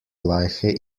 gleiche